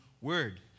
word